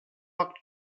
act